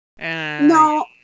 No